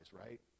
right